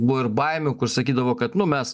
buvo ir baimių kur sakydavo kad nu mes